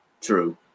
True